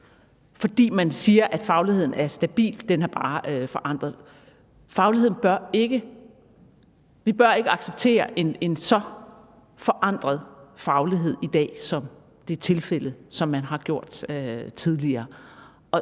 fordi man siger, at fagligheden er stabil, og at den bare er forandret. Vi bør ikke acceptere en så forandret faglighed i dag, som tilfældet er, og som man har gjort tidligere.